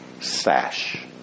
sash